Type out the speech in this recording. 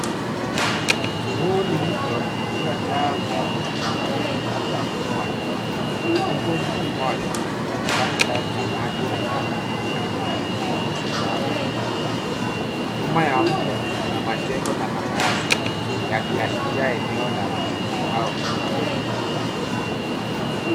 Huu ni mto uliojaa uchafu na taka labda mto wa Nairobi, huku mto mmoja akionekana ndani ya maji machafu karibu na kingo zilizojaa takataka. Nyuma ya mto kuna majengo na makaazi yakiashiria eneo la mji au kitongoji.